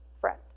friend